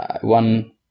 one